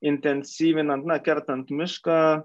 intensyvinant na kertant mišką